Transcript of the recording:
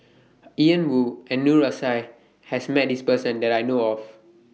Ian Woo and Noor Aishah has Met This Person that I know of